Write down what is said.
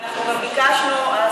אנחנו ביקשנו ועדת הכלכלה,